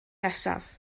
nesaf